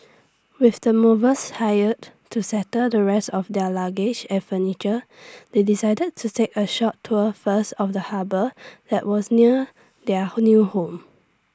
with the movers hired to settle the rest of their luggage and furniture they decided to take A short tour first of the harbour that was near their new home